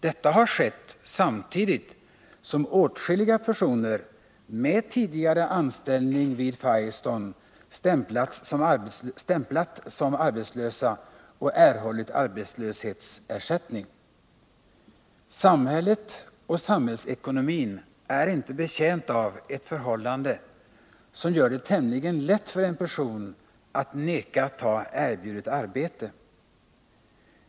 Detta har skett samtidigt som åtskilliga personer med tidigare anställning vid Firestone stämplat som arbetslösa och erhållit arbetslöshetsersättning. Samhället och samhällsekonomin är inte betjänt av ett förhållande som gör det tämligen lätt för en person att neka ta erbjudet arbete.